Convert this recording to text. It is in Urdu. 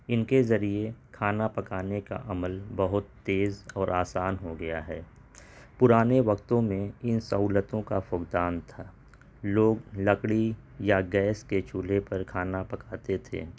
ان کے ذریعے کھانا پکانے کا عمل بہت تیز اور آسان ہو گیا ہے پرانے وقتوں میں ان سہولتوں کا فقدان تھا لوگ لکڑی یا گیس کے چولہے پر کھانا پکاتے تھے